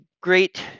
great